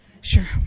Sure